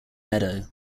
meadow